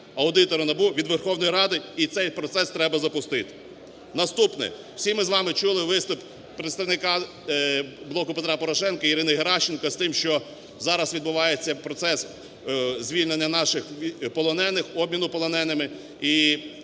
аудитора НАБУ від Верховної Ради. І цей процес треба запустити. Наступне. Всі ми з вами чули виступ представника "Блоку Петра Порошенка" Ірини Геращенко з тим, що зараз відбувається процес звільнення наших полонених, обміну полоненими.